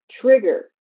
trigger